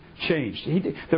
Changed